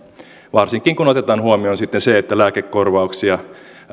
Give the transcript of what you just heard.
varsinkin kun otetaan huomioon sitten se että lääkekorvauksien